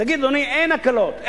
תגיד: אדוני, אין הקלות.